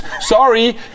sorry